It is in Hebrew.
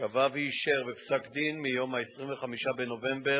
קבע ואישר בפסק-דין מיום 25 בנובמבר